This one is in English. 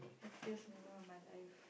happiest moment of my life